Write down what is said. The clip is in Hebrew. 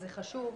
זה חשוב,